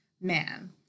man